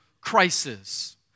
crisis